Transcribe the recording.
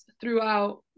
throughout